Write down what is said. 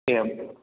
एवं